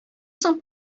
соң